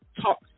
talk